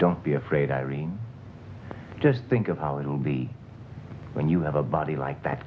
don't be afraid irene just think of how it will be when you have a body like that